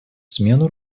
смену